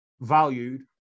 valued